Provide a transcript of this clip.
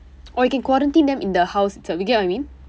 or you can quarantine them in the house itself you get what I mean